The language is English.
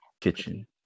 kitchen